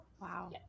wow